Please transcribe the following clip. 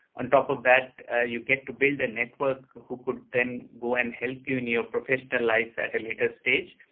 on top of that you get to build a network who could then go and help you in your professional life at a later stage.